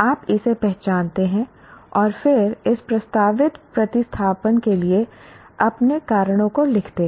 आप इसे पहचानते हैं और फिर इस प्रस्तावित प्रतिस्थापन के लिए अपने कारणों को लिखते हैं